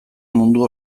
mundu